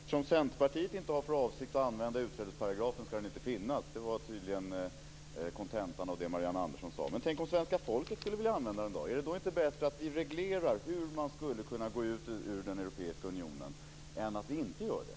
Fru talman! Eftersom Centerpartiet inte har för avsikt att använda utträdesparagrafen, ska den inte finnas. Det var tydligen kontentan av det Marianne Men tänk om svenska folket skulle vilja använda den. Är det då inte bättre att vi reglerar hur man skulle kunna gå ur den europeiska unionen än att vi inte gör det?